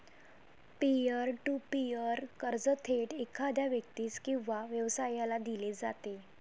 pier to peer कर्ज थेट एखाद्या व्यक्तीस किंवा व्यवसायाला दिले जाते